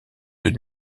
deux